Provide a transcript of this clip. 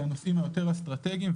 שאלה הנושאים היותר אסטרטגיים,